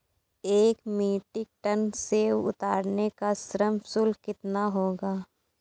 एक metric ton सेव उतारने का श्रम शुल्क कितना होगा?